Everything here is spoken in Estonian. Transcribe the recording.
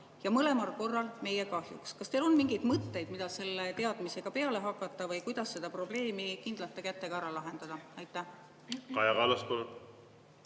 ja mõlemal korral meie kahjuks. Kas teil on mingeid mõtteid, mida selle teadmisega peale hakata või kuidas seda probleemi kindlate kätega ära lahendada? Aitäh,